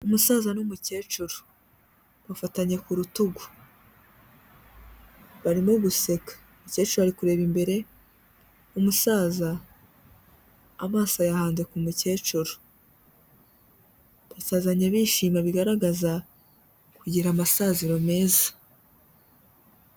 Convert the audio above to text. Umusaza n'umukecuru, bafatanye ku rutugu, barimo guseka, umukecuru ari kureba imbere, umusaza amaso ayahanze ku mukecuru, basazanye bishima bigaragaza kugira amasaziro meza.